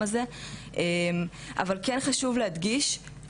אז יש לו גם התייחסות גם במרחב הוירטואלי.